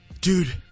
Dude